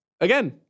again